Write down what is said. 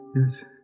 Yes